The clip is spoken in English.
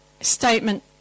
statement